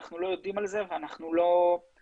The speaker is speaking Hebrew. אנחנו לא יודעים על זה ואנחנו לא יכולים